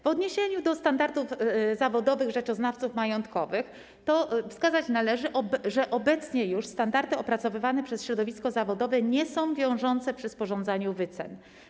W odniesieniu do standardów zawodowych rzeczoznawców majątkowych wskazać należy, że obecnie już standardy opracowywane przez środowisko zawodowe nie są wiążące przy sporządzaniu wycen.